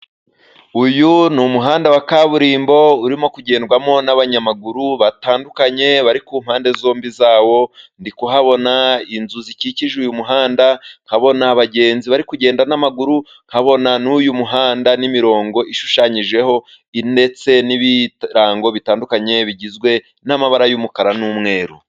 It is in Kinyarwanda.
Uyu ni umuhanda wa kaburimbo urimo kugendwamo n'abanyamaguru batandukanye bari ku mpande zombi zawo. Ndi kuhabona inzu zikikije uyu muhanda, nkabona abagenzi bari kugenda n'amaguru, nkabona n'uyu muhanda n'imirongo ishushanyijeho, ndetse n'ibirango bitandukanye bigizwe n'amabara y'umukara n'umweru.